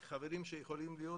חברים שיכולים להיות,